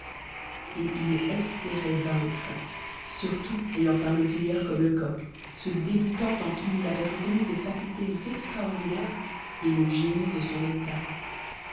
et il espérait vaincre surtout ayant un auxiliaire comme lecoq ce débutant en qui il avait reconnu des facultés extraordinaires et le génie de son état